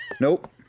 Nope